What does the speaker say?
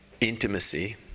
Intimacy